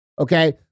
okay